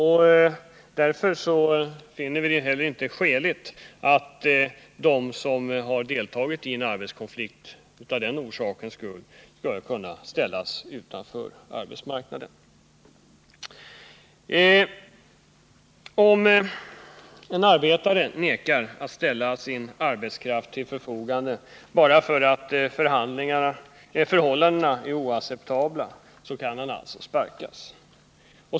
Därför finner vi det inte heller skäligt att de som har deltagit i en arbetskonflikt som betraktas som olovlig skall ställas utanför arbetsmarknaden. Om en arbetare vägrar att ställa sin arbetskraft till förfogande bara därför att förhållandena är oacceptabla kan han alltså sparkas.